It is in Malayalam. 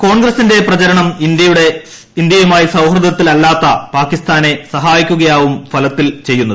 കോൺഗ്രസിന്റെ പ്രചരണം ഇന്ത്യയുമായി സൌഹൃദത്തിലല്ലാത്ത പാകിസ്ഥാനെ സഹായിക്കുകയാകും ഫലത്തിൽ ഉണ്ടാകുന്നത്